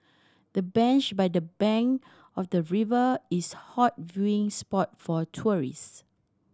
the bench by the bank of the river is hot viewing spot for tourist